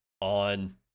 on